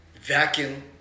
vacuum